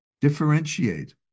differentiate